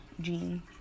jean